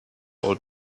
old